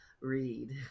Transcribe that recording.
read